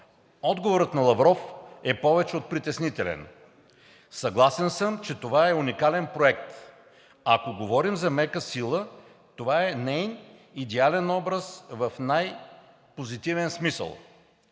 Отговорът на Лавров е повече от притеснителен: „Съгласен съм, че това е уникален проект. Ако говорим за мека сила, това е неин идеален образ в най-позитивен смисъл.“